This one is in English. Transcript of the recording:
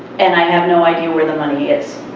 and i have no idea where the money is.